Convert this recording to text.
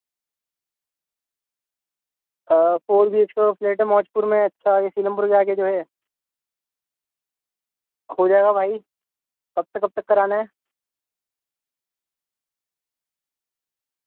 four B H کو flat ہے Maujpur میں اچھا اسی نمبر کے آگے جو ہے ہو جائے گا بھائی کب تک کب تک کرانا ہے